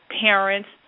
parents